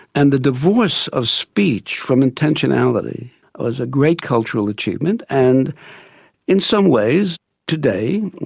and the divorce of speech from intentionality was a great cultural achievement and in some ways today,